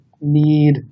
need